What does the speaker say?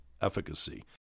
efficacy